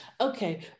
Okay